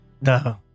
No